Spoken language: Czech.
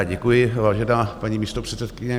Děkuji, vážená paní místopředsedkyně.